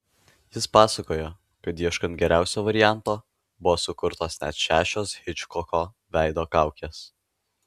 jis pasakojo kad ieškant geriausio varianto buvo sukurtos net šešios hičkoko veido kaukės